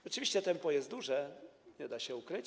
Rzeczywiście, tempo jest duże, nie da się ukryć.